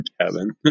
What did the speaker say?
Kevin